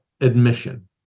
admission